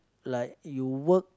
like you work